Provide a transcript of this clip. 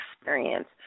experience